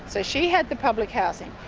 so she had the public housing,